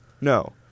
No